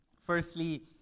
Firstly